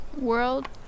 world